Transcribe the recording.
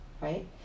right